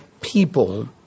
people